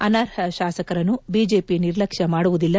ಅನರ್ಹ ಶಾಸಕರನ್ನು ಬಿಜೆಪಿ ನಿರ್ಲಕ್ಷ್ಮ ಮಾಡುವುದಿಲ್ಲ